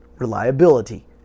reliability